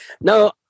no